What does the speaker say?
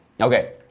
Okay